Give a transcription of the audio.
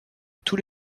tous